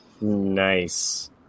Nice